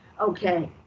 Okay